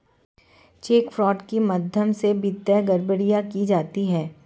check fraud के माध्यम से वित्तीय गड़बड़ियां की जाती हैं